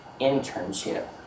internship